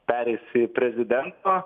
pereis į prezidento